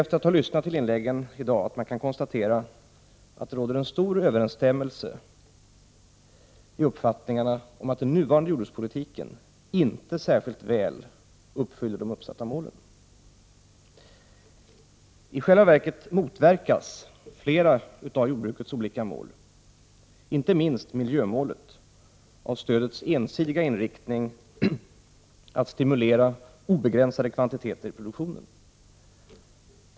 Efter att ha lyssnat till inläggen i dag tycker jag att man kan konstatera att det råder stor överensstämmelse om att den nuvarande jordbrukspolitiken inte särskilt väl uppfyller de uppsatta målen. I själva verket motverkas flera av jordbrukets olika mål, inte minst miljömålet, av stödets ensidiga inriktning mot att stimulera obegränsade kvantiteter i produktionen.